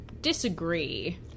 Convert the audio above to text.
disagree